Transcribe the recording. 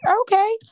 okay